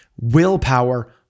Willpower